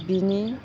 बिनि